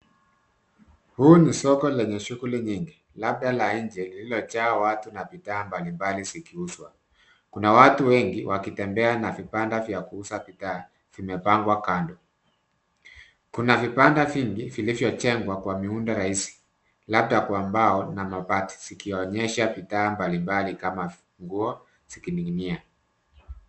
Huu ni soko lenye shughuli nyingi labda la nje lililojaa watu na bidhaa mbalimbali zikiuzwa. Kuna watu wengi wakitembea na vibanda vya kuuza bidhaa vimepangwa kando. Kuna vibanda vingi vilivyojengwa kwa miundo rahisi, labda kwa mbao na mabati, zikionyesha bidhaa mbalimbali kama nguo zikining'inia.